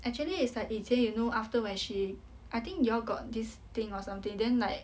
actually it's like 以前 you know after when she I think you all got this thing or something then like